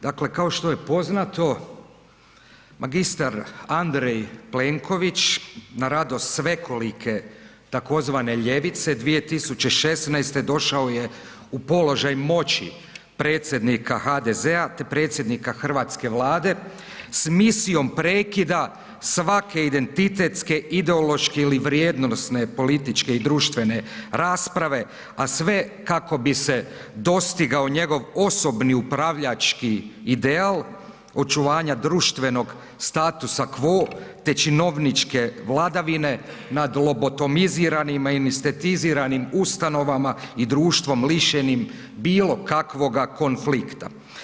Dakle, kao što je poznato, mr. Andrej Plenković na radost svekolike tzv. ljevice, 2016. došao je u položaj moći predsjednika HDZ-a te predsjednika hrvatske Vlade s misijom prekida svake identitetske ideološke ili vrijednosne političke i društvene rasprave a sve kako bi se dostigao njegov osobni upravljački ideal, očuvanja društvenog statusa quo te činovničke vladavine nad lobotomiziranim i mistetiziranim ustanovama i društvom lišenim bilokakvoga konflikta.